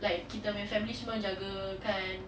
like kita punya families semua jaga kan